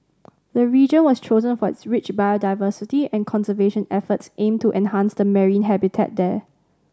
the region was chosen for its rich biodiversity and conservation efforts aim to enhance the marine habitat there